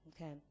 okay